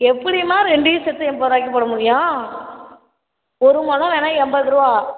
எப்படிம்மா ரெண்டையும் சேர்த்து எண்பது ரூபாய்க்கு போட முடியும் ஒரு மொழம் வேணா எண்பது ரூவா